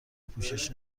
پوشش